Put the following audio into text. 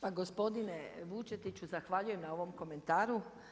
Pa gospodine Vučetiću zahvaljujem na ovom komentaru.